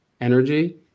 energy